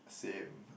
same